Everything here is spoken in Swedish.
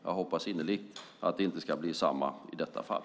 Jag hoppas innerligt att det inte ska bli på samma sätt i detta fall.